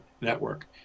network